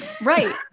Right